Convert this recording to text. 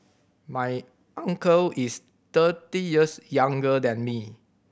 my uncle is thirty years younger than me